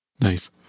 Nice